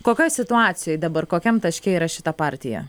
kokioj situacijoj dabar kokiam taške yra šita partija